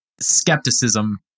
skepticism